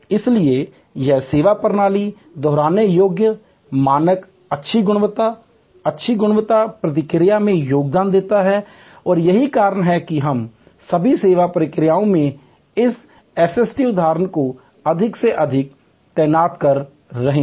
इसलिए यह सेवा प्रणाली से दोहराने योग्य मानक अच्छी गुणवत्ता उच्च गुणवत्ता प्रतिक्रिया में योगदान देता है और यही कारण है कि हम सभी सेवा प्रक्रियाओं में इस एसएसटी उदाहरणों को अधिक से अधिक तैनात कर रहे हैं